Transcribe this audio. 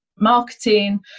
marketing